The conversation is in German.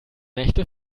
nächte